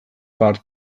bart